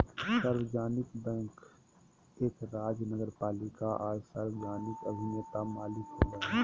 सार्वजनिक बैंक एक राज्य नगरपालिका आर सार्वजनिक अभिनेता मालिक होबो हइ